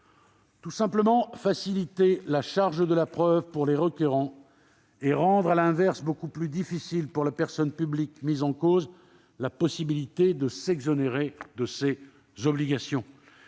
tout simplement faciliter la charge de la preuve pour les requérants et, à l'inverse, rendre beaucoup plus difficile pour la personne publique mise en cause de s'exonérer de ses obligations.